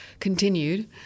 continued